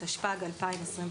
התשפ"ג-2023".